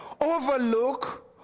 overlook